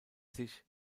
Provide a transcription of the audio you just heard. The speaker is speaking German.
sich